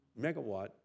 megawatt